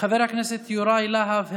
חבר הכנסת יוראי להב הרצנו,